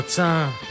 time